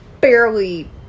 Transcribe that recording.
barely